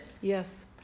Yes